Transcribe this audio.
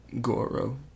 Goro